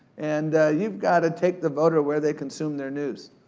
and you've gotta take the voter where they consume their news,